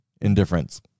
indifference